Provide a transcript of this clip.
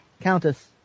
countess